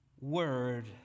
word